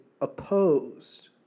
opposed